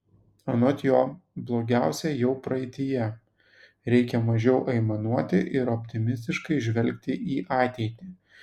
anot jo blogiausia jau praeityje reikia mažiau aimanuoti ir optimistiškai žvelgti į ateitį